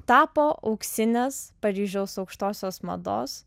tapo auksinės paryžiaus aukštosios mados